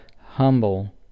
humble